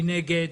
מי נגד?